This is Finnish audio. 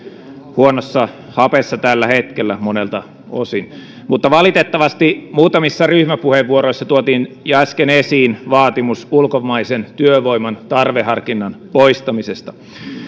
huonossa hapessa tällä hetkellä monelta osin mutta valitettavasti muutamissa ryhmäpuheenvuoroissa tuotiin jo äsken esiin vaatimus ulkomaisen työvoiman tarveharkinnan poistamisesta